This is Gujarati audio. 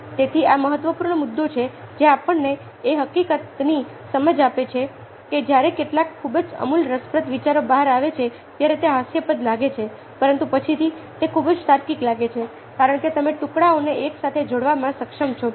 તેથી આ મહત્વપૂર્ણ મુદ્દાઓ છે જે આપણને એ હકીકતની સમજ આપે છે કે જ્યારે કેટલાક ખૂબ જ આમૂલ રસપ્રદ વિચારો બહાર આવે છે ત્યારે તે હાસ્યાસ્પદ લાગે છે પરંતુ પછીથી તે ખૂબ જ તાર્કિક લાગે છે કારણ કે તમે ટુકડાઓને એકસાથે જોડવામાં સક્ષમ છો